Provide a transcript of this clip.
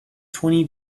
twenty